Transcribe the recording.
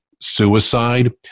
suicide